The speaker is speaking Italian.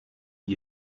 gli